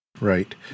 Right